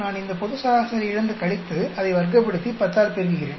நான் இந்த பொது சராசரியிலிருந்து கழித்து அதை வர்க்கப்படுத்தி 10 ஆல் பெருக்குகிறேன்